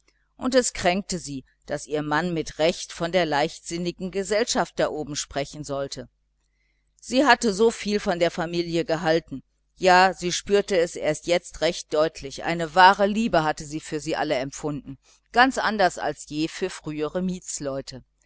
und es kränkte sie daß ihr mann mit recht von der leichtsinnigen gesellschaft da droben sprechen konnte sie hatte so viel von der familie gehalten ja sie spürte es erst jetzt recht deutlich eine wahre liebe hatte sie für sie alle empfunden ganz anders als je für frühere